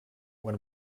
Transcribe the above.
when